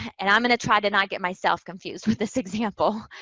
and i'm going to try to not get myself confused with this example.